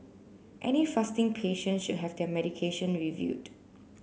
any fasting patient should have their medication reviewed